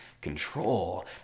control